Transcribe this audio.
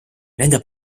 nende